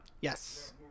yes